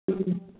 ꯎꯝ